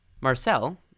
Marcel